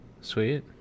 Sweet